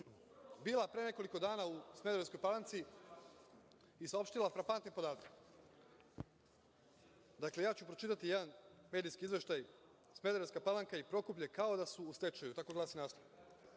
bila pre nekoliko dana u Smederevskoj Palanci i saopštila frapantne podatke. Dakle, ja ću pročitati jedan medijski izveštaj – Smederevska Palanka i Prokuplje kao da su u stečaju, tako glasi